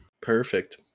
Perfect